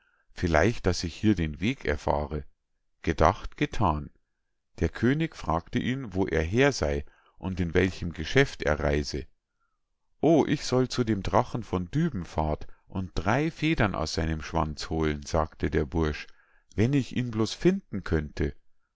vielleicht daß ich hier den weg erfahre gedacht gethan der könig fragte ihn wo er her sei und in welchem geschäft er reise o ich soll zu dem drachen von dübenfahrt und drei federn aus seinem schwanz holen sagte der bursch wenn ich ihn bloß finden könnte